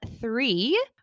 three